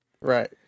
right